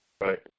Right